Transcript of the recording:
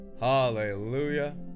Hallelujah